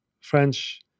French